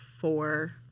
four